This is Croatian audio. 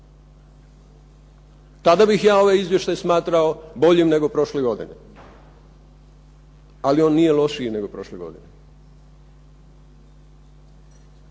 Tada bih ja ovaj izvještaj smatrao boljim nego prošle godine, ali on nije lošiji nego prošle godine.